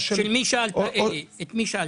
את מי שאלת?